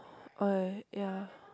uh ya